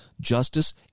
justice